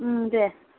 उम दे